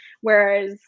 whereas